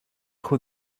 who